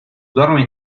duerme